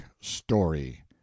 story